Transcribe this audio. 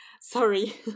Sorry